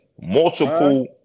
multiple